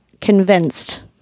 convinced